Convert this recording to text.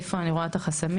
איפה אני רואה את החסמים?